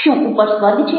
શું ઉપર સ્વર્ગ છે